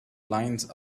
lines